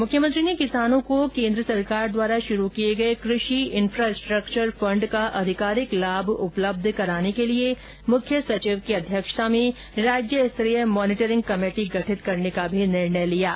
मुख्यमंत्री ने किसानों को केन्द्र सरकार द्वारा शुरू किए गए कृषि इन्फ्रास्ट्रक्चर फण्ड का अधिकाधिक लाभ उपलब्ध कराने के लिए मुख्य सचिव की अध्यक्षता में राज्य स्तरीय मॉनिटरिंग कमेटी गठित करने का भी निर्णय लिया है